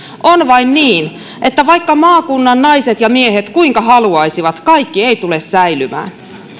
on vain niin että vaikka maakunnan naiset ja miehet kuinka haluaisivat kaikki ei tule säilymään